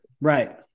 right